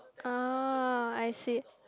orh I see